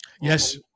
Yes